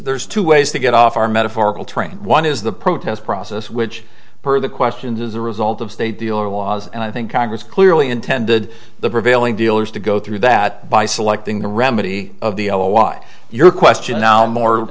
there's two ways to get off our metaphorical train one is the protest process which per the questions is a result of state deal or was and i think congress clearly intended the prevailing dealers to go through that by selecting the remedy of the oh a why your question now more